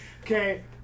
Okay